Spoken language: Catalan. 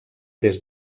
des